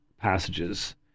passages